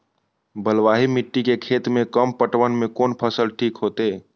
बलवाही मिट्टी के खेत में कम पटवन में कोन फसल ठीक होते?